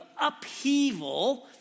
upheaval